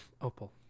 Opal